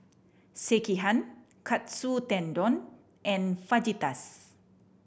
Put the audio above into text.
Sekihan Katsu Tendon and Fajitas